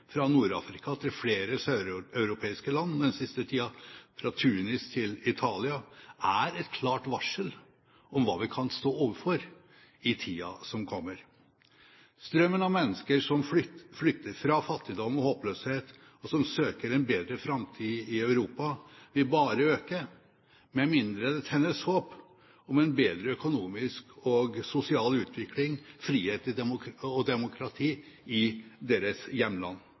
fra Nord-Afrika til flere søreuropeiske land den siste tida, fra Tunisia til Italia, er et klart varsel om hva vi kan stå overfor i tida som kommer. Strømmen av mennesker som flykter fra fattigdom og håpløshet, og som søker en bedre framtid i Europa, vil bare øke, med mindre det tennes håp om en bedre økonomisk og sosial utvikling, frihet og demokrati i deres hjemland.